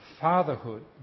Fatherhood